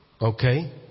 okay